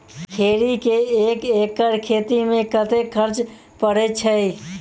खैनी केँ एक एकड़ खेती मे कतेक खर्च परै छैय?